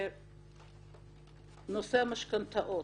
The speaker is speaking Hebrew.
נושא המשכנתאות.